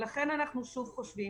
לכן אנחנו חושבים